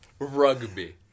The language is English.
Rugby